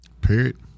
period